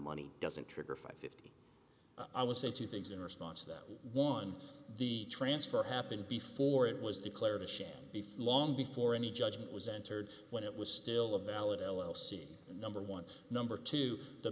money doesn't trigger five i was sent to things in response to that one the transfer happened before it was declared a sham before long before any judgment was entered when it was still a valid l l c number one number two the